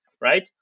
right